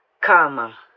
karma